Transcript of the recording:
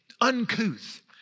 uncouth